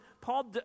Paul